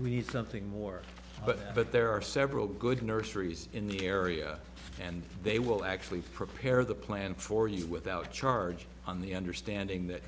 we need something more but but there are several good nurseries in the area and they will actually prepare the plan for you without charge on the understanding that